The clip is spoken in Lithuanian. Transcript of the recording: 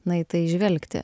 na į tai žvelgti